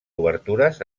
obertures